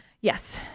Yes